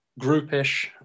groupish